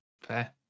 fair